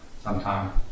sometime